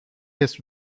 his